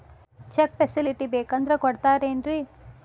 Check facility ಬೇಕಂದ್ರ ಕೊಡ್ತಾರೇನ್ರಿ?